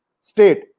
state